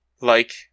Like-